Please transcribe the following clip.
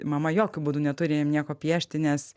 mama jokiu būdu neturi nieko piešti nes